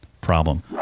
problem